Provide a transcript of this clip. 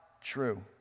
true